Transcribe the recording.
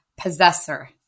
possessor